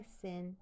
sin